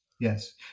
Yes